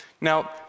Now